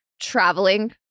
traveling